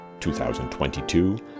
2022